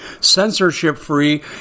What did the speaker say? censorship-free